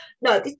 No